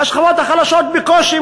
והשכבות החלשות בקושי,